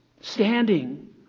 standing